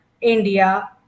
India